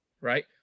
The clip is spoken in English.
Right